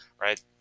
right